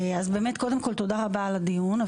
אז באמת קודם כל תודה רבה על הדיון.